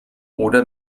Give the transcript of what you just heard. oder